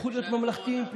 הפכו להיות ממלכתיים פתאום.